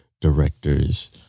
directors